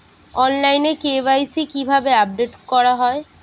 অনলাইনে কে.ওয়াই.সি কিভাবে আপডেট করা হয়?